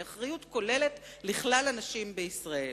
היא אחריות כוללת לכלל הנשים בישראל.